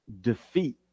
defeat